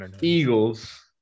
Eagles